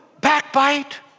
backbite